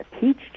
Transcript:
teach